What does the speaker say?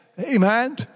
Amen